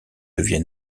devient